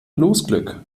losglück